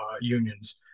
unions